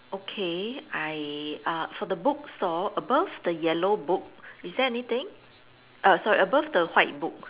okay I uh for the book store above the yellow book is there anything err sorry above the white book